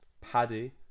Paddy